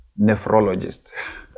nephrologist